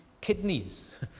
kidneys